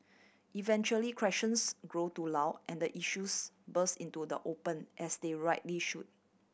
eventually questions grow too loud and the issues burst into the open as they rightly should